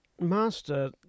master